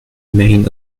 remain